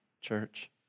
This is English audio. church